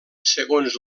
segons